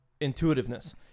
intuitiveness